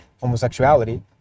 homosexuality